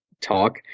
talk